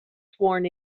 sworn